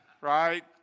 right